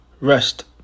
rest